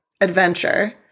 adventure